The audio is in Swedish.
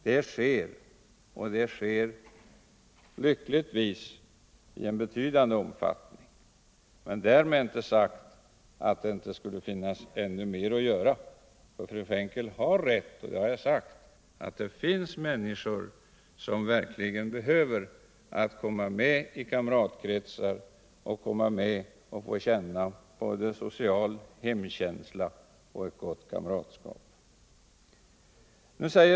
Det sker också Nr 120 i betydande omfattning - därmed inte sagt att det inte skulle finnas Onsdagen den ännu mer att göra. Fru Frenkel har rätt i — det har jag också sagt — 13 november 1974 att det finns många människor som verkligen behöver få komma med i kamratkretsar och uppleva både social hemkänsla och ett gott kam Nya former för ratskap.